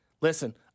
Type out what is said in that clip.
Listen